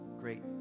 great